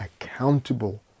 accountable